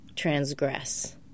Transgress